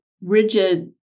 rigid